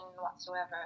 whatsoever